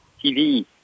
TV